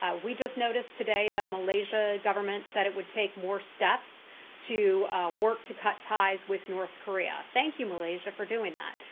ah we just noticed today that malaysia government said it would take more steps to work to cut ties with north korea. thank you, malaysia, for doing that.